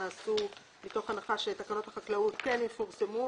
נעשו מתוך הנחה שתקנות החקלאות כן יפורסמו,